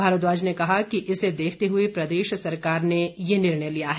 भारद्वाज ने कहा कि इसे देखते हुए प्रदेश सरकार ने ये निर्णय लिया है